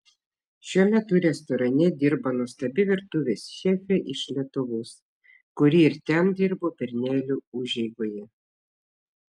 šiuo metu restorane dirba nuostabi virtuvės šefė iš lietuvos kuri ir ten dirbo bernelių užeigoje